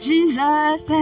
Jesus